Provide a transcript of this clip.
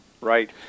Right